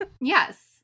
Yes